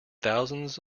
thousands